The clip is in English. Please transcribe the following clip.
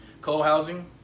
co-housing